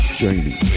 jamie